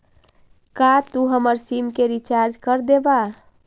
का तू हमर सिम के रिचार्ज कर देबा